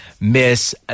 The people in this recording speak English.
Miss